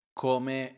come